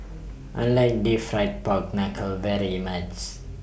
I like Deep Fried Pork Knuckle very much